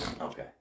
Okay